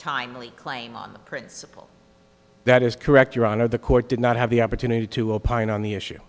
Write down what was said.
timely claim on principle that is correct your honor the court did not have the opportunity to opine on the issue